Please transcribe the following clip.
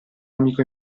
amico